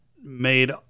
made